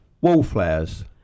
Wallflowers